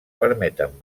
permeten